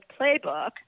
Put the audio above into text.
playbook –